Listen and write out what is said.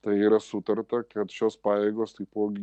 tai yra sutarta kad šios pareigos taipogi